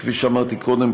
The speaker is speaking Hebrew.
כפי שאמרתי קודם,